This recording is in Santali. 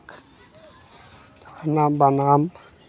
ᱚᱱᱟ ᱵᱟᱱᱟᱢ